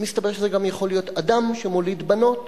מסתבר שזה גם יכול להיות אדם שמוליד בנות